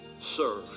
serve